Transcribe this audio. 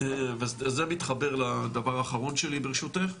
וזה מתחבר לדבר האחרון שלי ברשותך,